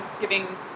giving